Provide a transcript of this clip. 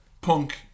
Punk